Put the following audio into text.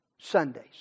Sundays